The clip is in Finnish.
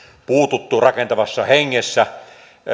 puututtu rakentavassa hengessä